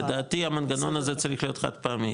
לדעתי המנגנון הזה צריך להיות חד-פעמי,